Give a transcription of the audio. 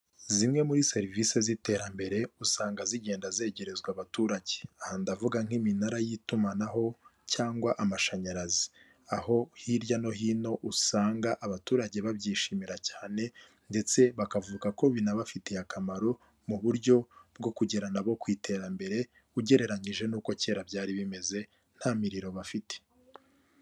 Zimwe muri serivisi z'iterambere usanga zigenda zegerezwa abaturage aha ndavuga nk'iminara y'itumanaho cyangwa amashanyarazi aho hirya no hino usanga abaturage babyishimira cyane ndetse bakavuga ko binabafitiye akamaro mu buryo bwo ku kugera nabo ku iterambere ugereranyije n'uko kera byari bimeze nta miriro bafite.